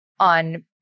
On